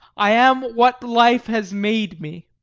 i am what life has made me.